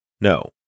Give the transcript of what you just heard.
No